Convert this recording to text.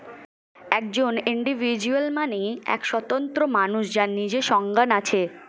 একজন ইন্ডিভিজুয়াল মানে এক স্বতন্ত্র মানুষ যার নিজের সজ্ঞান আছে